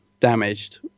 damaged